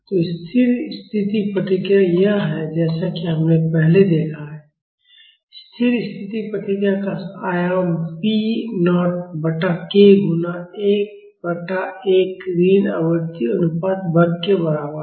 तो स्थिर स्थिति प्रतिक्रिया यह है जैसा कि हमने पहले देखा है स्थिर स्थिति प्रतिक्रिया का आयाम p नॉट बटा k गुणा 1 बटा 1 ऋण आवृत्ति अनुपात वर्ग के बराबर है